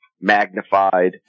magnified